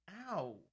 Ow